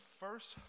first